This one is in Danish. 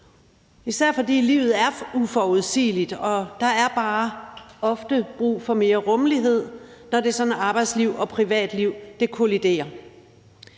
især fordi livet er uforudsigeligt og der bare ofte er brug for mere rummelighed, når det er sådan, at arbejdsliv og privatliv kolliderer.